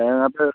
വേനൽക്കാലത്ത്